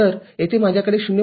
तर तेथे माझ्याकडे 0